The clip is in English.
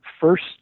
first